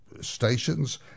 stations